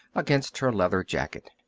against her leather jacket.